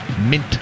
Mint